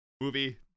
movie